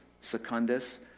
Secundus